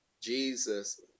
jesus